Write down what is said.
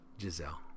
Giselle